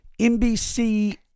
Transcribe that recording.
NBC